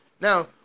Now